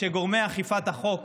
שגורמי אכיפת החוק